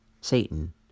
Satan